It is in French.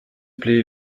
plait